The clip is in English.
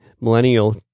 millennial